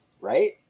right